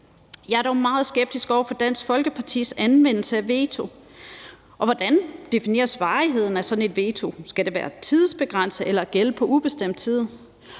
Jeg er dog meget skeptisk over for Dansk Folkepartis anvendelse af veto. Og hvordan defineres varigheden af sådan et veto? Skal det være tidsbegrænset eller gælde på ubestemt tid?